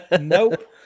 Nope